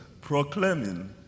proclaiming